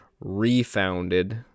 Refounded